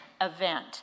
Event